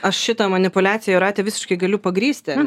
aš šitą manipuliaciją jūrate visiškai galiu pagrįsti